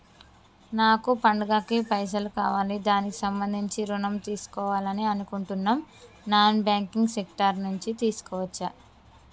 నాకు పండగ కి పైసలు కావాలి దానికి సంబంధించి ఋణం తీసుకోవాలని అనుకుంటున్నం నాన్ బ్యాంకింగ్ సెక్టార్ నుంచి తీసుకోవచ్చా?